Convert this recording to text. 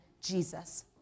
Jesus